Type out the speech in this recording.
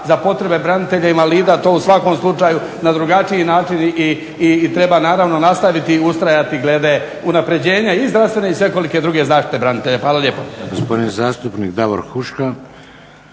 za potrebe branitelja invalida, to u svakom slučaju na drugačiji način i treba naravno nastaviti i ustrajati glede unapređenja i zdravstvene i svekolike druge zaštite branitelja. Hvala lijepo.